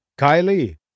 Kylie